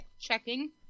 checking